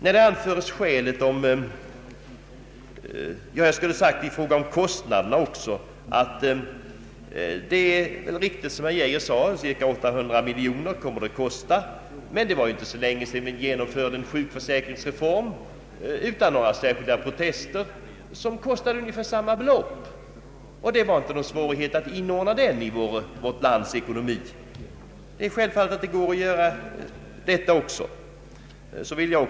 I fråga om kostnaderna vill jag säga att det är riktigt som herr Geijer sade att en sådan reform kommer att kosta cirka 800 miljoner kronor. Men det var inte så länge sedan sjukförsäkringsreformen genomfördes utan några särskilda protester. Den kostade ungefär lika mycket och det var inte någon svårighet att inordna dessa kostnader i vårt lands ekonomi. Detta går självfallet även när det gäller den reform vi föreslår.